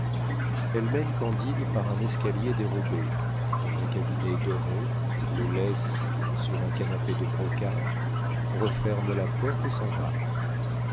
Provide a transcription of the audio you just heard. elle mène candide par un escalier dérobé dans un cabinet doré le laisse sur un canapé de brocart referme la porte et s'en va